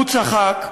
הוא צחק,